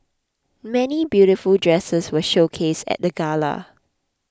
many beautiful dresses were showcased at the gala